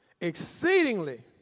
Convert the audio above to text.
exceedingly